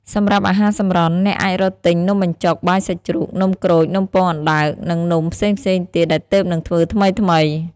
សម្រាប់អាហារសម្រន់ អ្នកអាចរកទិញនំបញ្ចុក បាយសាច់ជ្រូក នំក្រូច នំពងអណ្តើក និងនំផ្សេងៗទៀតដែលទើបនឹងធ្វើថ្មីៗ។